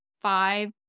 five